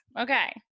Okay